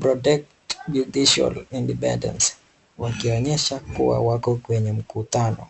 protect judicial independence wakionyesha kuwa wako kwenye mkutano.